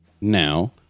now